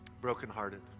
brokenhearted